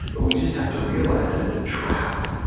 but we just have to realize that it's a trap,